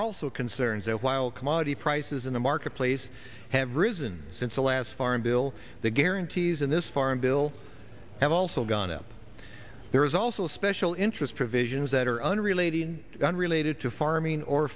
also concerns over while commodity prices in the marketplace have risen since the last farm bill the guarantees in this farm bill have also gone up there is also a special interest provisions that are unrelated unrelated to farming or